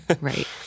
Right